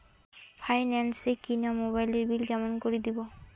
Finance এ কিনা মোবাইলের বিল কেমন করে দিবো?